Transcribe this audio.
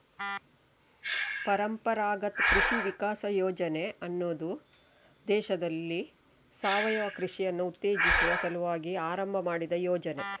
ಪರಂಪರಾಗತ್ ಕೃಷಿ ವಿಕಾಸ ಯೋಜನೆ ಅನ್ನುದು ದೇಶದಲ್ಲಿ ಸಾವಯವ ಕೃಷಿಯನ್ನ ಉತ್ತೇಜಿಸುವ ಸಲುವಾಗಿ ಆರಂಭ ಮಾಡಿದ ಯೋಜನೆ